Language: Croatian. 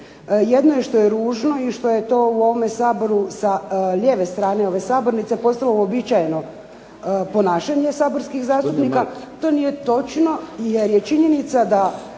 Jedno je što je ružno i što je to u ovome Saboru sa lijeve strane ove sabornice postalo uobičajeno ponašanje saborskih zastupnika. To nije točno jer je činjenica da